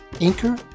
Anchor